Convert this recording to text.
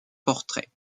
portraits